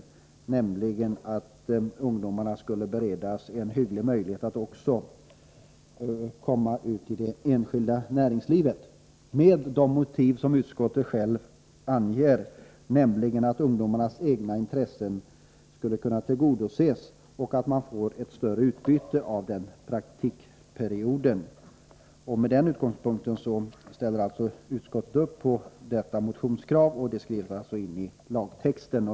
Innebörden är att ungdomarna skall beredas en hygglig möjlighet att komma ut också i det enskilda näringslivet. Motiven härför anges av utskottet vara att ungdomarnas egna intressen härigenom skulle tillgodoses bättre och att de får ett större utbyte av praktikperioden. Från den utgångspunkten ställer sig utskottet bakom motionskravet, som kommer att tas in i lagtexten.